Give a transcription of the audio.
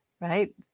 right